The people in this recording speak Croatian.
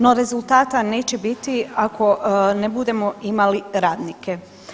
No rezultata neće biti ako ne budemo imali radnike.